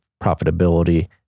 profitability